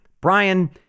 Brian